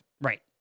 Right